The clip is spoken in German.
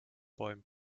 bäumen